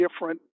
different